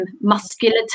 muscular